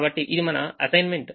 కాబట్టి ఇదిమన అసైన్మెంట్